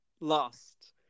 lost